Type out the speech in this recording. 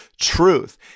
truth